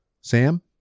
Sam